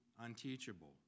unteachable